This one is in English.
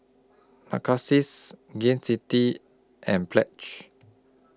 Narcissus Gain City and Pledge